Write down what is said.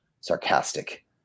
sarcastic